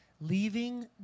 leaving